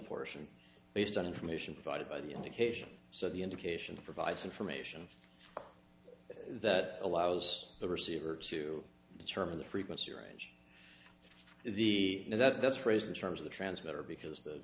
portion based on information provided by the indication so the indications provides information that allows the receiver to determine the frequency range of the now that's phrased in terms of the transmitter because the